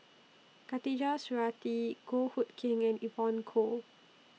Khatijah Surattee Goh Hood Keng and Evon Kow